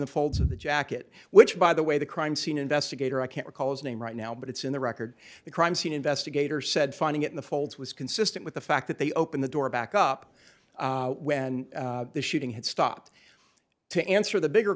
of the jacket which by the way the crime scene investigator i can't recall his name right now but it's in the record the crime scene investigator said finding it in the folds was consistent with the fact that they open the door back up and the shooting had stopped to answer the bigger